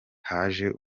haje